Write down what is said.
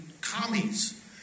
commies